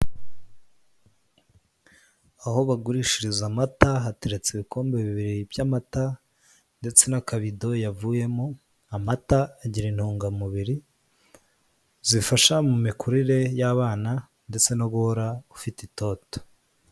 Aho bagurishiriza amata hateretse ibikombe bibiri by'amata ndetse n'akabido yavuyemo, amata agira intungamubiri zifasha mu mikurire y'abana ndetse no guhora ufite itoto.